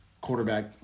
quarterback